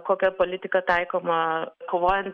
kokia politika taikoma kovojant